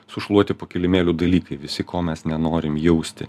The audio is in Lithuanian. sušluoti po kilimėliu dalykai visi ko mes nenorim jausti